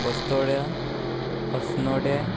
बस्तोड्या Assonora